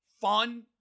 fun